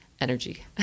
energy